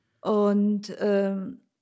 Und